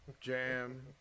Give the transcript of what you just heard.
jam